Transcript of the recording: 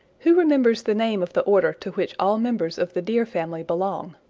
who remembers the name of the order to which all members of the deer family belong?